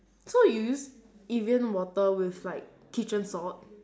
so you use evian water with like kitchen salt